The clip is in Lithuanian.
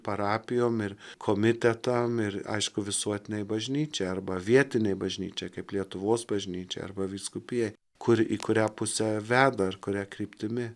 parapijom ir komitetam ir aišku visuotinei bažnyčia arba vietinei bažnyčiai kaip lietuvos bažnyčia arba vyskupijai kur į kurią pusę veda ar kuria kryptimi